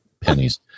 pennies